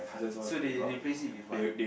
so they replace it with what